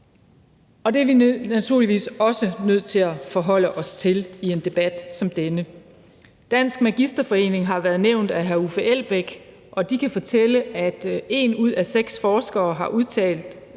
og det er vi naturligvis også nødt til at forholde os til i en debat som denne. Dansk Magisterforening har været nævnt af hr. Uffe Elbæk, og de kan fortælle, at en ud af seks forskere, der har udtalt